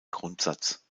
grundsatz